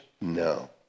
No